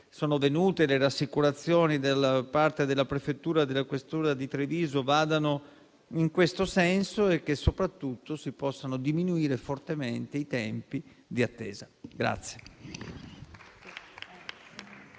sono venute e le rassicurazioni da parte della prefettura e della questura di Treviso vadano in questo senso e che soprattutto si possano diminuire fortemente i tempi d'attesa.